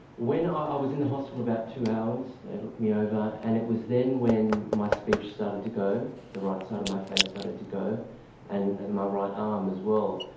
ah i was in the hospital about two hours, they looked me over, and it was then when my speech started to go, the right side of my face started to go and my right arm as well.